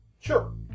Sure